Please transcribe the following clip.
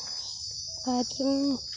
ᱟᱨ ᱤᱧ